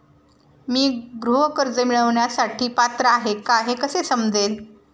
मी गृह कर्ज मिळवण्यासाठी पात्र आहे का हे कसे समजेल?